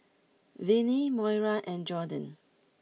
Vinie Moira and Jorden